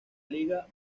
liga